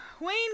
Wayne